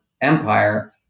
empire